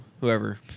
whoever